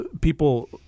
people